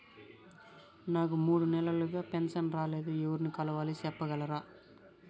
నాకు మూడు నెలలుగా పెన్షన్ రాలేదు ఎవర్ని కలవాలి సెప్పగలరా?